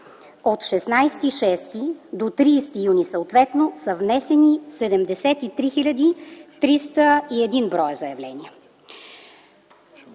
от 16 юни до 30 юни, съответно са внесени 73 301 броя заявления.